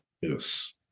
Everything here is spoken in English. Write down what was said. yes